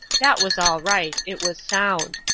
that was all right it was sound.